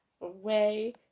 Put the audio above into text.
away